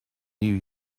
new